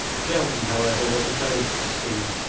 shelton, however, was opposed to the scheme,